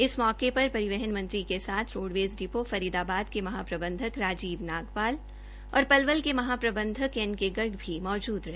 इस मौके पर परिवहन मंत्री के साथ रोडवेज डिपो फरीदाबाद के महाप्रबंधक राजीव नागपाल और पलवल के महाप्रबंधक एनके गर्ग भी मौजूद रहे